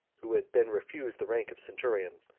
who had been refused the rank of centurion.